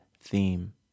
theme